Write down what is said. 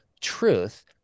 truth